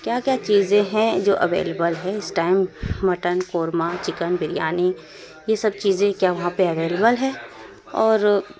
کیا کیا چیزیں ہیں جو اویلیبل ہیں اِس time mutton korma chicken biryani یہ سب چیزیں کیا وہاں پہ اویلیبل ہے اور